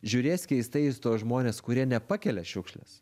žiūrės keistais į tuos žmones kurie nepakelia šiukšles